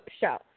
show